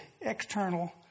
external